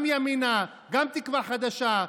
גם ימינה, גם תקווה חדשה.